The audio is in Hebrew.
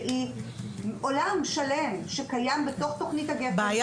שהיא עולם שלם שקיים בתוך תכנית הגפ"ן --- הבעיה